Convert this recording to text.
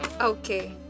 Okay